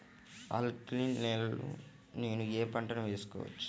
Alkaline నేలలో నేనూ ఏ పంటను వేసుకోవచ్చు?